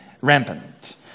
rampant